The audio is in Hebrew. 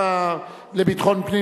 אין מתנגדים,